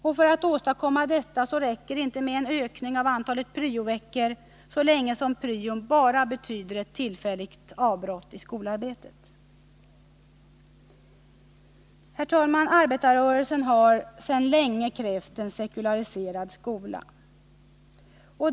Och för att åstadkomma detta räcker det inte med en ökning av antalet pryoveckor, så länge som pryon bara | betyder ett tillfälligt avbrott i skolarbetet. Arbetarrörelsen har sedan länge krävt en sekulariserad skola.